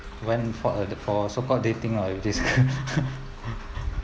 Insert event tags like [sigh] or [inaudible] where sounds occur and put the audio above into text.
went for at the so called dating lah with this [laughs]